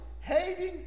hating